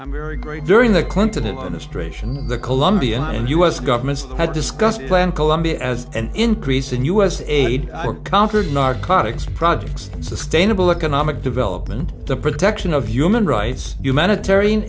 i'm very great during the clinton administration the colombian and u s government had discussed plan colombia as an increase in u s aid counter narcotics projects sustainable economic development the protection of human rights humanitarian